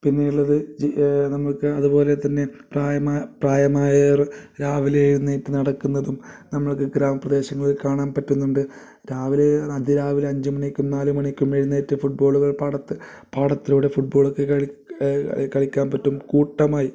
പിന്നെയുള്ളത് ജി നമുക്ക് അതുപോലെതന്നെ പ്രായമായ പ്രായമായവർ രാവിലെ എഴുന്നേറ്റു നടക്കുന്നതും നമ്മൾക്ക് ഗ്രാമ പ്രദേശങ്ങളിൽ കാണാൻ പറ്റുന്നുണ്ട് രാവിലെ അത് അതിരാവിലെ അഞ്ചു മണിക്കും നാലു മണിക്കും എഴുന്നേറ്റ് ഫുട്ബോളുകൾ പാടത്ത് പാടത്തിലൂടെ ഫുഡ്ബോളൊക്കെ കളി കളി കളിക്കാൻ പറ്റും കൂട്ടമായി